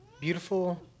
beautiful